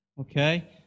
okay